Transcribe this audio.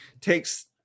takes